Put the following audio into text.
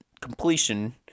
completion